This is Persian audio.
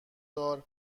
دار